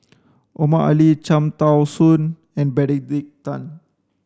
Omar Ali Cham Tao Soon and Benedict Tan